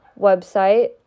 website